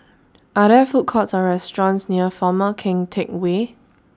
Are There Food Courts Or restaurants near Former Keng Teck Whay